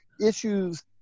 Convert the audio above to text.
Issues